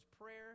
prayer